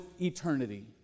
eternity